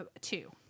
two